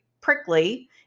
prickly